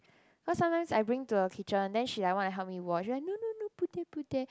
cause sometimes I bring to the kitchen then she like wanna help me wash like no no no put there put there